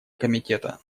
комитета